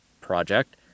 project